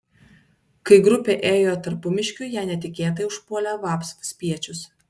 kai grupė ėjo tarpumiškiu ją netikėtai užpuolė vapsvų spiečius